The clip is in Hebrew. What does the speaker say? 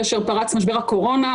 כאשר פרץ משבר הקורונה,